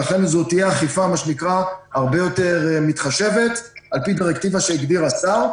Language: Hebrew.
לכן זו תהיה אכיפה הרבה יותר מתחשבת על פי דירקטיבה שהגדיר השר,